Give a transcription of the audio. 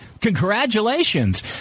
Congratulations